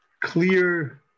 clear